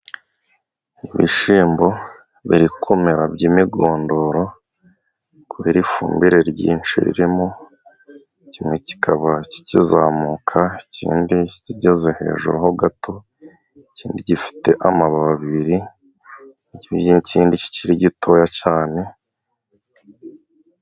Ibishimbo biri kumera by'imigondoro, kuberi ifumbire ryinshi ririmo, kimwe kikaba kikizamuka ikindi kigeze hejuru ho gato, ikindi gifite amababi abiri y'kindi kikiri gitoya cyane.